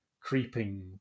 creeping